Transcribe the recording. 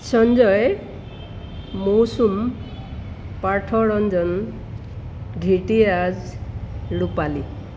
Sanjay Mousum Partha Ranjan Dhritiraj Rupali